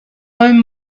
own